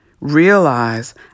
realize